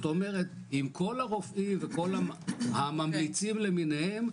אם כל הרופאים וכל הממליצים למיניהם,